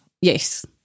Yes